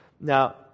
Now